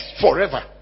forever